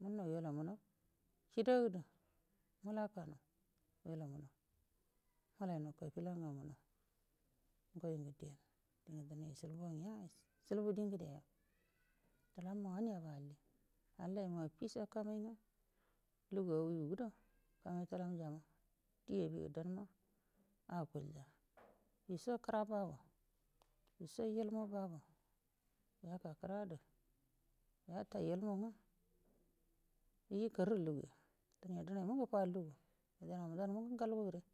munnau wailamunau kidadu mulakanau wailamunau mulainu kabila ngamunau ngai ngu diyanə dingu dinai ishilbuwa nya ishilbu di ngəeya tulamma wanə yaba alli halla ia affiso kamai nga lugu awigu gudo kamai tulamjana di abigu danma akulya yeso kəra bago yuso ilmu bago yaka kəradu yata ilmu nga iji karrə luguya dunai mungu ga lugu yafənama dau mungu ngalgo gəre.